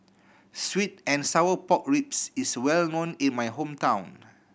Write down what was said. sweet and sour pork ribs is well known in my hometown